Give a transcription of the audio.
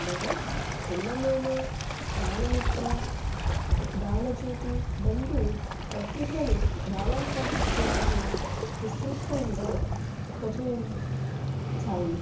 అనగా చందమామా బాల మత్ర బాలజ్యోతి వంటి పత్రికలు బాలా సాహిత్యాన్ని విస్తృతంగా ప్రచురించాయి